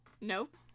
Nope